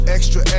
extra